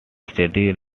studied